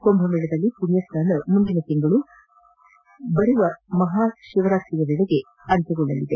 ಕುಂಭಮೇಳದಲ್ಲಿ ಪುಣ್ಯಸ್ಸಾನ ಮುಂದಿನ ತಿಂಗಳು ಬರುವ ಮಹಾಶಿವರಾತ್ರಿಯ ವೇಳೆಗೆ ಅಂತ್ಯಗೊಳ್ಳಲಿದೆ